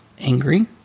angry